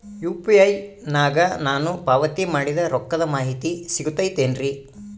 UPI ನಾಗ ನಾನು ಪಾವತಿ ಮಾಡಿದ ರೊಕ್ಕದ ಮಾಹಿತಿ ಸಿಗುತೈತೇನ್ರಿ?